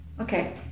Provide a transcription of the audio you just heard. Okay